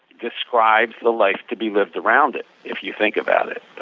describes the life to be lived around it if you think about it.